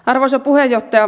arvoisa puhemies